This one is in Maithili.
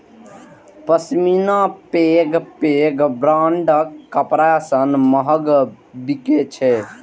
पश्मीना पैघ पैघ ब्रांडक कपड़ा सं महग बिकै छै